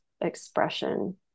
expression